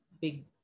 big